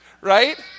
right